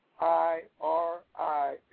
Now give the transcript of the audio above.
I-R-I